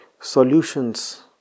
solutions